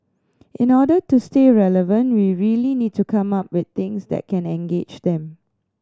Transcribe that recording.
in order to stay relevant we really need to come up with things that can engage them